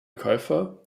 käufer